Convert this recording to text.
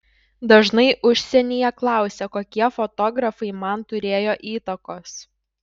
dažnai užsienyje klausia kokie fotografai man turėjo įtakos